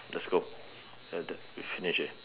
let's go ah done we finish already